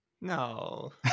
no